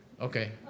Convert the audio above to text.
Okay